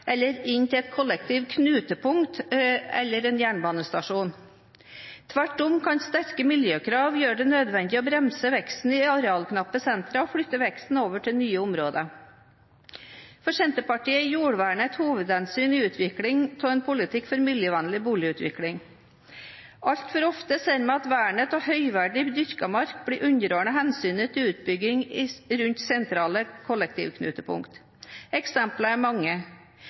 eller inn til et kollektivt knutepunkt eller en jernbanestasjon. Tvert om kan sterke miljøkrav gjøre det nødvendig å bremse veksten i arealknappe sentra og flytte veksten over til nye områder. For Senterpartiet er jordvernet et hovedhensyn i utviklingen av en politikk for miljøvennlig boligutvikling. Altfor ofte ser vi at vernet av høyverdig dyrket mark blir underordnet hensynet til utbygging rundt sentrale kollektivknutepunkt. Eksemplene er mange.